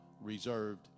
reserved